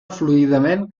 fluidament